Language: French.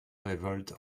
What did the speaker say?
révolte